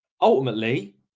ultimately